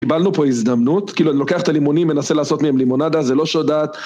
קיבלנו פה הזדמנות, כאילו אני לוקח את הלימונים, מנסה לעשות מהם לימונדה, זה לא שהודעת..